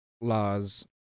laws